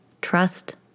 Trust